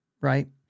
Right